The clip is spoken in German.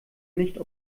nicht